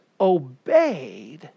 obeyed